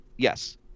Yes